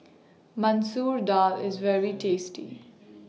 Masoor Dal IS very tasty